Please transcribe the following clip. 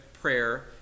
prayer